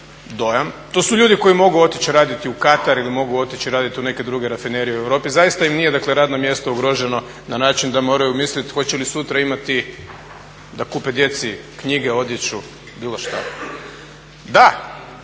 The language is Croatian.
To su ljudi koji mogu otići raditi u Katar ili mogu otići raditi u neke druge rafinerije u Europi, zaista im nije dakle radno mjesto ugroženo na način da moraju misliti hoće li sutra imati da kupe djeci knjige, odjeću, bilo šta. Da,